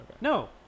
No